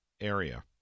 area